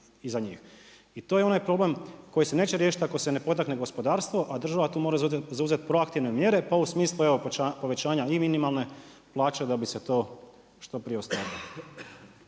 I to je onaj problem koji se neće riješiti ako se ne potakne gospodarstvo, a država tu mora zauzeti proaktivne mjere, pa u smislu, evo povećanja i minimalne plaće da bi se to što prije ostvarilo.